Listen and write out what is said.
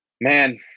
man